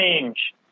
change